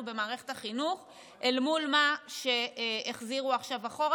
במערכת החינוך אל מול מה שהחזירו עכשיו אחורה,